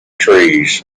trees